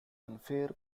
unfair